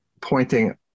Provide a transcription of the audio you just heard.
pointing